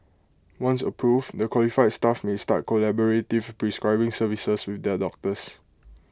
once approved the qualified staff may start collaborative prescribing services with their doctors